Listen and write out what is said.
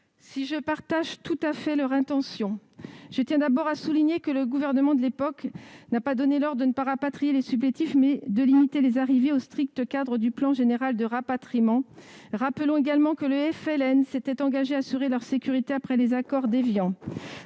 Si je souscris pleinement à l'intention des auteurs, je souligne que le gouvernement de l'époque n'a pas donné l'ordre de ne pas rapatrier les supplétifs, mais de limiter les arrivées au strict cadre du plan général de rapatriement. Rappelons également que le FLN s'était engagé à assurer leur sécurité après les accords d'Évian.